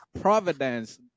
providence